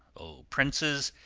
o princes,